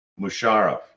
Musharraf